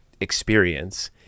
experience